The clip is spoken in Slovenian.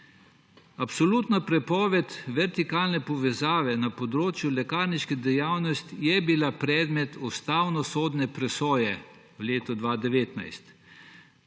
Absolutna prepoved vertikalne povezave na področju lekarniške dejavnosti je bila predmet ustavnosodne presoje v letu 2019,